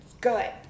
good